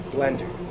Blender